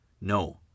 No